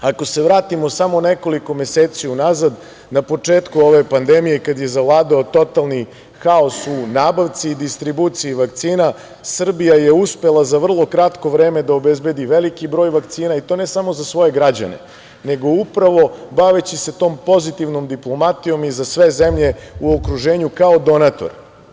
Ako se vratimo samo nekoliko meseci unazad, na početku ove pandemije, kad je zavladao totalni haos u nabavci i distribuciji vakcina, Srbija je uspela za vrlo kratko vreme da obezbedi veliki broj vakcina, i to ne samo za svoje građane, nego upravo baveći se tom pozitivnom diplomatijom i za sve zemlje u okruženju kao donator.